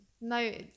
no